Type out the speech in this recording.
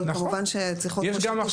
אבל כמובן שצריכות להיות -- יש עכשיו